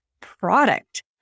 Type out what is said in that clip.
product